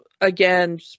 again